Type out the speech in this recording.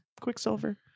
Quicksilver